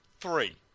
Three